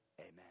amen